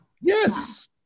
Yes